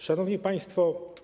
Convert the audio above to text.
Szanowni Państwo!